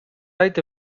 wright